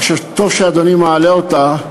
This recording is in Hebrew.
ואני חושב שטוב שאדוני מעלה אותה,